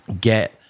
get